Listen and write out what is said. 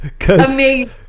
Amazing